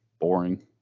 boring